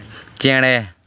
ᱪᱮᱬᱮ